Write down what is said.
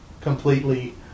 completely